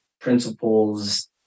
principles